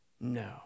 No